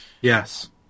Yes